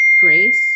grace